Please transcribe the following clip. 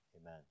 Amen